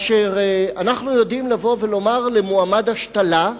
אנחנו יודעים לבוא ולומר למועמד השתלה: